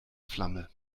flamme